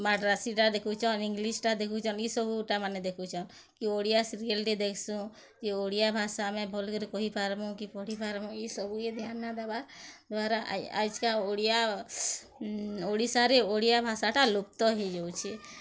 ମାଡ଼୍ରାସିଟା ଦେଖୁଛନ୍ ଇଂଲିଶ୍ଟା ଦେଖୁଛନ୍ ଇସବୁଟା ମାନେ ଦେଖୁଛନ୍ କିଏ ଓଡ଼ିଆ ସିରିଏଲ୍ଟା ଦେଖସୁ କି ଓଡ଼ିଆ ଭାଷା ଆମେ ଭଲ କରି କହିପାରମୁ କି ପଢ଼ିପାରମୁ ଇସବୁକେ ଧ୍ୟାନ୍ ନାହିଁ ଦେବା ଦ୍ଵାରା ଆଯକା ଓଡ଼ିଆ ଓଡ଼ିଶାରେ ଓଡ଼ିଆ ଭାଷାଟା ଲୁପ୍ତ ହେଇଯାଉଛି